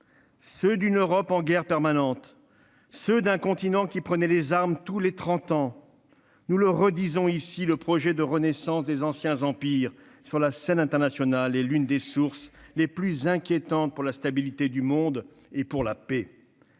ceux d'une Europe en guerre permanente et ceux d'un continent qui prenait les armes tous les trente ans. Nous le réaffirmons ici : le projet de renaissance des anciens empires sur la scène internationale est l'une des sources les plus inquiétantes pour la stabilité du monde et pour la paix.